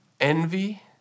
envy